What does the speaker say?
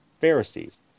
Pharisees